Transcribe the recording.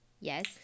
Yes